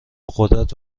قدرت